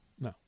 no